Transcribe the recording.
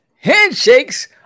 Handshakes